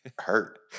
hurt